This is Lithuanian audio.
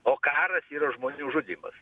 o karas yra žmonių žudymas